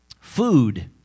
food